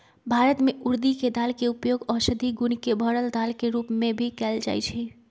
भारत में उर्दी के दाल के उपयोग औषधि गुण से भरल दाल के रूप में भी कएल जाई छई